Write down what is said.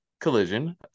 Collision